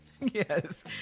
Yes